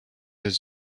his